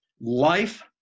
life